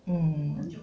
mm